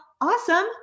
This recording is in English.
awesome